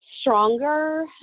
stronger